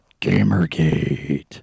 Gamergate